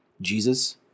Jesus